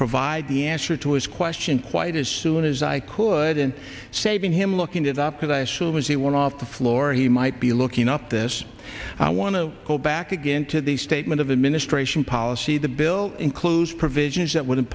provide the answer to his question quite as soon as i could and saving him looking it up because i sure was a one off the floor he might be looking up this i want to go back again to the statement of administration policy the bill includes provisions that would